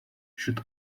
should